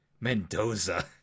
Mendoza